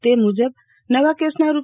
તે મુજબ નવા કેસ રૂ